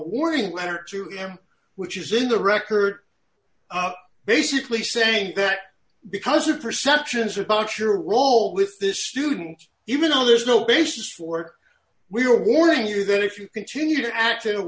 warning letter to him which is in the record basically saying that because of perceptions about your role with this student even though there is no basis for it we were warning you that if you continue